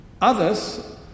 Others